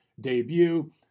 debut